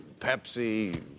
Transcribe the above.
Pepsi